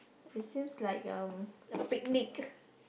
it seems like a picnic